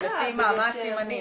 לפי מה, מה הסימנים?